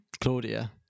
Claudia